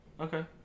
Okay